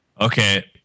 Okay